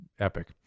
Epic